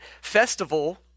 festival